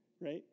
Right